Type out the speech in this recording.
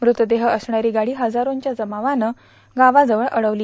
मृतदेह असणारी गाडी हजारोच्या जमावानं गावाजवळ अडवली